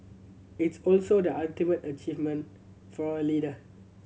it's also the ultimate achievement for a leader